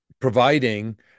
providing